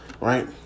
Right